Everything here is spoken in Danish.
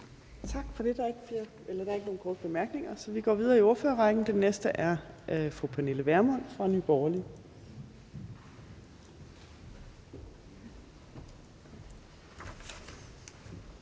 Tak for det. Der er ikke nogen korte bemærkninger, så vi går videre i ordførerrækken. Den næste er fru Pernille Vermund fra Nye Borgerlige.